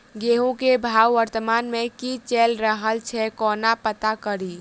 गेंहूँ केँ भाव वर्तमान मे की चैल रहल छै कोना पत्ता कड़ी?